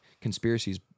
conspiracies